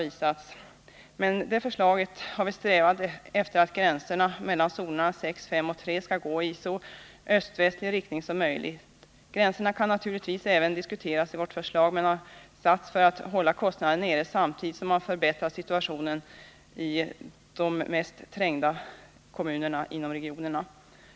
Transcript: I förslaget har vi strävat efter att gränserna mellan zonerna 6, 5 och 3 skall gå i så öst-västlig riktning som möjligt. Gränserna kan naturligtvis även diskuteras i vårt förslag, men de har satts för att hålla kostnaderna nere samtidigt som man förbättrar situationen i de i resp. regioner mest trängda kommunerna.